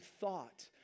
thought